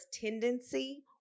tendency